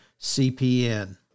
CPN